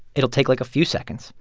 it'll take, like, a few seconds.